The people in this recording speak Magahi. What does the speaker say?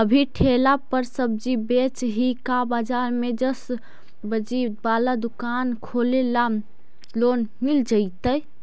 अभी ठेला पर सब्जी बेच ही का बाजार में ज्सबजी बाला दुकान खोले ल लोन मिल जईतै?